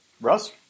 Russ